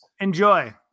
Enjoy